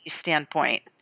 standpoint